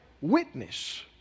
witness